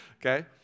Okay